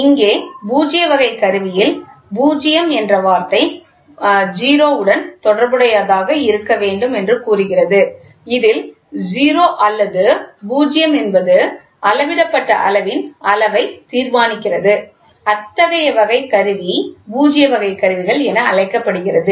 இங்கே பூஜ்ய வகை கருவியில் பூஜ்யம் என்ற வார்த்தை 0 உடன் தொடர்புடையதாக இருக்க வேண்டும் என்று கூறுகிறது இதில் 0 அல்லது பூஜ்யம் என்பது அளவிடப்பட்ட அளவின் அளவை தீர்மானிக்கிறது அத்தகைய வகை கருவி பூஜ்ய வகை கருவிகள் என அழைக்கப்படுகிறது